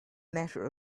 matter